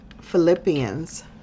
Philippians